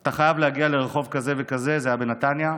אתה חייב להגיע לרחוב כזה וכזה, זה היה בנתניה.